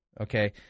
okay